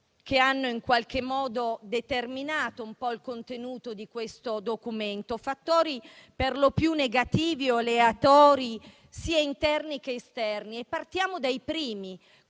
i fattori che hanno determinato il contenuto di questo documento, fattori per lo più negativi o aleatori, sia interni che esterni. Partiamo dai primi,